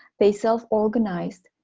they self-organized,